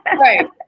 Right